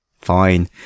Fine